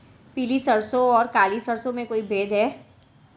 पीली सरसों और काली सरसों में कोई भेद है?